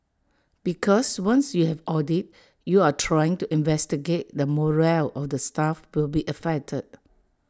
because once you have audit you are trying to investigate the morale of the staff will be affected